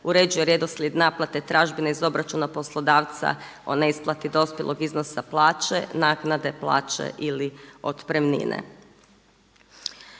uređuje redoslijed naplate tražbine iz obračuna poslodavca o neisplati dospjelog iznosa plaće, naknade plaće ili otpremnine.